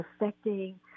affecting